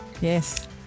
yes